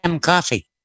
coffee